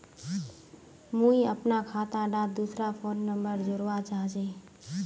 मुई अपना खाता डात दूसरा फोन नंबर जोड़वा चाहची?